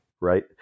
right